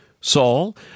Saul